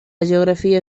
geografia